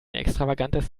extravagantes